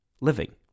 living